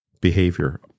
behavior